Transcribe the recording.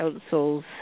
councils